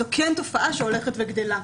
זו כן תופעה שהולכת וגדלה.